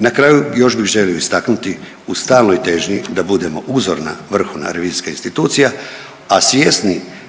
I na kraju još bih želio istaknuti u stalnoj težnji da budemo uzorna vrhovna revizijska institucija, a svjesni